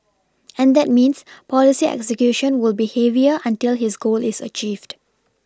and that means policy execution will be heavier until his goal is achieved